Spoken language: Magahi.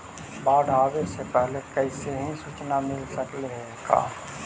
बाढ़ आवे से पहले कैसहु सुचना मिल सकले हे का?